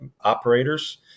operators